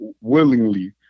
willingly